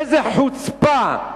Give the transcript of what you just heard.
איזה חוצפה,